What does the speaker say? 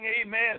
amen